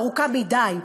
הארוכה מדי,